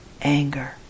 Anger